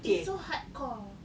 it's so hardcore